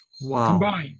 Wow